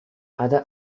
other